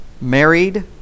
married